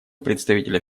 представителя